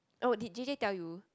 oh did J_J tell you